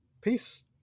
peace